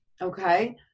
Okay